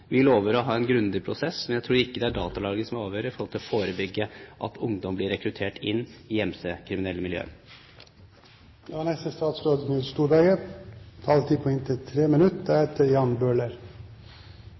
Vi lover å ha en grundig prosess, men jeg tror ikke det er datalagring som vil avgjøre når det gjelder å forebygge at ungdom blir rekruttert inn i MC-kriminelle miljøer. Aller først: Når det gjelder ressursene i politiet, er